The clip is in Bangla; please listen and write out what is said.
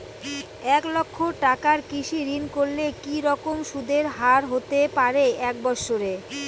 এক লক্ষ টাকার কৃষি ঋণ করলে কি রকম সুদের হারহতে পারে এক বৎসরে?